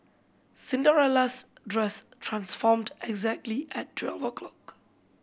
Cinderella's dress transformed exactly at twelve o'clock